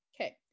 Okay